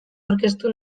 aurkeztu